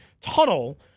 tunnel